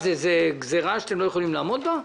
זו גזרה שאתם לא יכולים לעמוד בה?